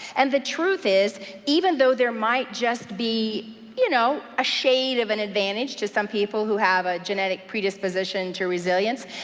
and the truth is even though there might just be you know a shade of an advantage to some people who have a genetic predisposition to resilience,